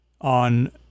on